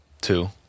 two